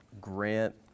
grant